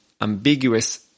ambiguous